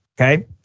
okay